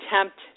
attempt